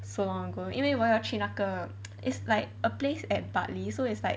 so long ago 因为我要去那个 it's like a place at bartley so it's like